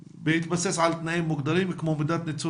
בהתבסס על תנאים מוגדרים כמו מידת ניצול